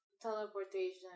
teleportation